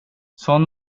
sån